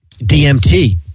DMT